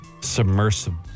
submersible